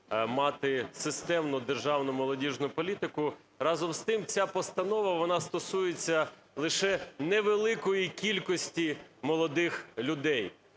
мати системну державну молодіжну політику. Разом з тим, ця постанова вона стосується лише невеликої кількості молодих людей.